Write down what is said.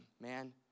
man